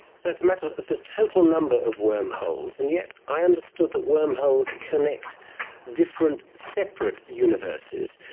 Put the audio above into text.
so it's a matter of the total number of wormholes, and yet i understood that wormholes connect different separate universes.